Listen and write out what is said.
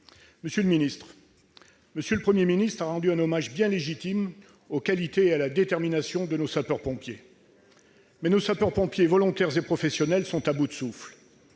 civile. Le Premier ministre a rendu un hommage bien légitime aux qualités et à la détermination de nos sapeurs-pompiers, ... Il a bien fait !... mais nos sapeurs-pompiers volontaires et professionnels sont à bout de souffle